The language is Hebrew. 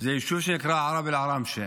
יישוב שנקרא ערב אל-עראמשה,